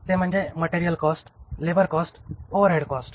ते म्हणजे material cost labour cost आणि ओव्हरहेड कॉस्ट